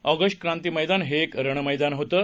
ऑगस्क्रांती मैदान हे एक रणमैदान होतं